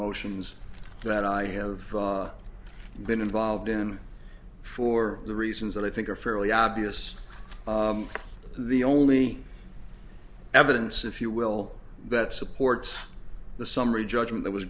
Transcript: motions that i have been involved in for the reasons that i think are fairly obvious the only evidence if you will that supports the summary judgment